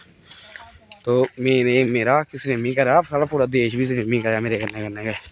तो main एह् मेरा कि स्विमिंग करांऽ ते साढ़ा पूरा देश बी स्विमिंग करै मेरे कन्नै कन्नै गै